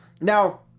Now